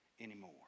anymore